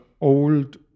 old